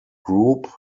group